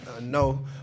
No